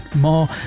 more